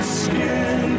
skin